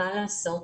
מה לעשות,